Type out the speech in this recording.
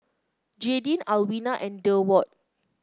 Jadyn Alwina and Durward